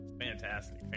Fantastic